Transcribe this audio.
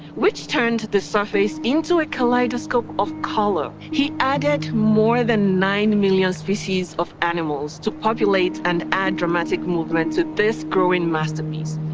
which turned the surface onto a kaleidoscope of color. he added more than nine million species of animals to populate and add dramatic movement to this growing masterpiece.